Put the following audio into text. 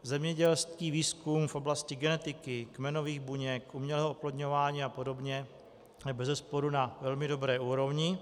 Zemědělský výzkum v oblasti genetiky, kmenových buněk, umělého oplodňování apod. je bezesporu na velmi dobré úrovni.